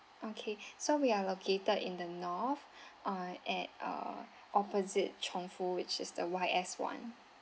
okay so we are located in the north uh at uh opposite chongfu which is the Y S one